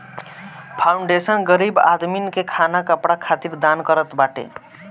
foundation गरीब आदमीन के खाना कपड़ा खातिर दान करत बाटे